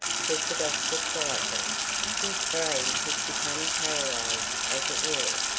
said the doctor quietly his brain has become paralysed as it were.